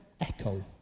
echo